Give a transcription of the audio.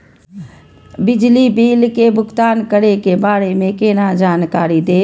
बिजली बिल के भुगतान करै के बारे में केना जानकारी देब?